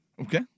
Okay